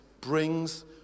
brings